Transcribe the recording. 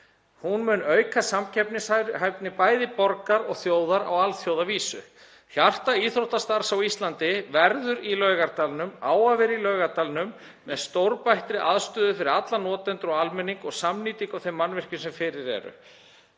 Hún mun auka samkeppnishæfni bæði borgar og þjóðar á alþjóðavísu. Hjarta íþróttastarfs á Íslandi verður í Laugardalnum og á að vera í Laugardalnum, með stórbættri aðstöðu fyrir alla notendur og almenning og samnýtingu á þeim mannvirkjum sem fyrir eru.